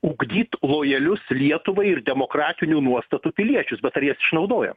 ugdyt lojalius lietuvai ir demokratinių nuostatų piliečius bet ar jas išnaudojam